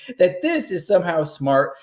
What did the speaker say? that this is somehow smart,